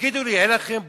תגידו לי, אין לכם בושה?